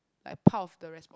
like part of the respon~